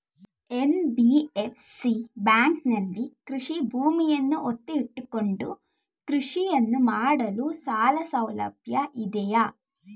NBFC ಬ್ಯಾಂಕಿನಲ್ಲಿ ಕೃಷಿ ಭೂಮಿಯನ್ನು ಒತ್ತೆ ಇಟ್ಟುಕೊಂಡು ಕೃಷಿಯನ್ನು ಮಾಡಲು ಸಾಲಸೌಲಭ್ಯ ಇದೆಯಾ?